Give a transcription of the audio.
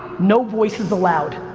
no voices allowed.